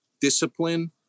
discipline